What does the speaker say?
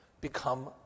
become